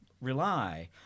rely